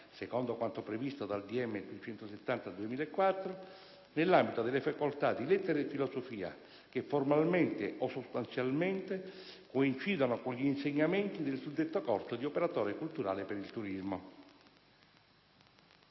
decreto ministeriale n 270 del 2004, nell'ambito della facoltà di lettere e filosofia che, formalmente o sostanzialmente, coincidono con gli insegnamenti del suddetto corso di operatore culturale per il turismo.